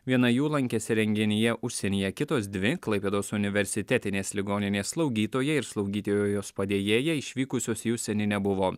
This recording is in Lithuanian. viena jų lankėsi renginyje užsienyje kitos dvi klaipėdos universitetinės ligoninės slaugytoja ir slaugytojos padėjėja išvykusios į užsienį nebuvo